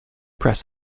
press